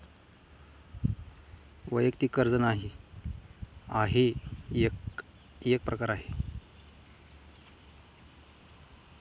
वैयक्तिक कर्ज हाही एक प्रकार आहे